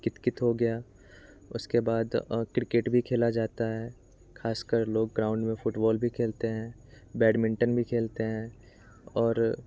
कितकित हो गया उसके बाद क्रिकेट भी खेला जाता है खासकर लोग ग्राउंड में फ़ुटबॉल भी खेलते हैं बैडमिंटन भी खेलते हैं और